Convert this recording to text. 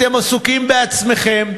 אתם עסוקים בעצמכם.